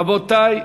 רבותי,